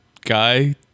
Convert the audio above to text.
guy